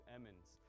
Emmons